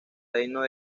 reino